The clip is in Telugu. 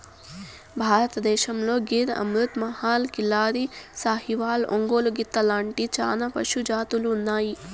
భారతదేశంలో గిర్, అమృత్ మహల్, కిల్లారి, సాహివాల్, ఒంగోలు గిత్త లాంటి చానా పశు జాతులు ఉన్నాయి